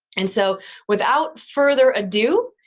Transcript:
and so without further ado,